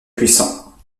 puissants